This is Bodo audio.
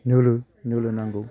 नोलो नोलो नांगौ